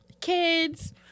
Kids